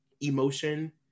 emotion